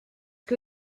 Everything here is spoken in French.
que